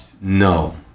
no